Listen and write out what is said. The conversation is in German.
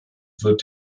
wird